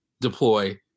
deploy